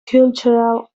cultural